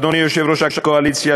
אדוני יושב-ראש הקואליציה,